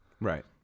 Right